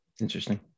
Interesting